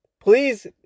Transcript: please